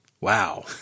Wow